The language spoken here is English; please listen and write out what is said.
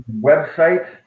Website